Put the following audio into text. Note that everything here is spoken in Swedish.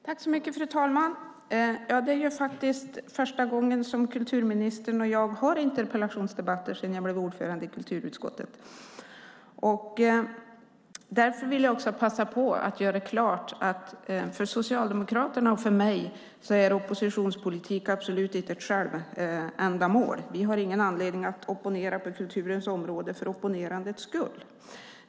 Fru talman! Det här är faktiskt första gången som kulturministern och jag debatterar en interpellation sedan jag blev ordförande i kulturutskottet. Därför vill jag passa på att göra klart att för Socialdemokraterna och mig är oppositionspolitik absolut inte ett självändamål. Vi har ingen anledning att opponera på kulturens område för opponerandets skull.